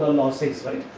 loss says right,